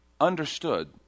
understood